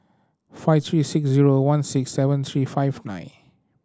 five three six zero one six seven three five nine